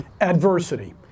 Adversity